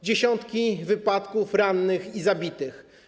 Dziesiątki wypadków, rannych i zabitych.